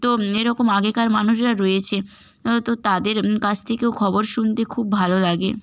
তো এরকম আগেকার মানুষরা রয়েছে তো তাদের কাছ থেকেও খবর শুনতে খুব ভালো লাগে